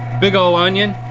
big ol' onion.